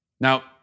Now